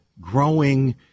growing